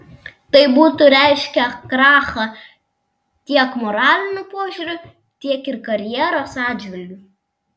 tai būtų reiškę krachą tiek moraliniu požiūriu tiek ir karjeros atžvilgiu